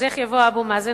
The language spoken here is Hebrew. אז איך יבוא אבו מאזן?